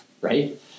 right